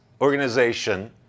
Organization